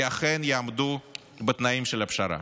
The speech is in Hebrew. כי אכן יעמדו בתנאים של הפשרה.